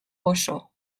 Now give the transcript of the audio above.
oso